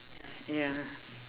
ya